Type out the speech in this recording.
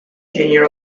junior